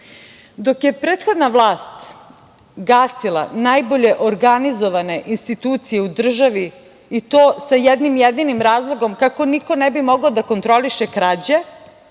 je prethodna vlast gasila najbolje organizovane institucije u državi i to sa jednim jedinim razlogom, kako niko ne bi mogao da kontroliše krađe,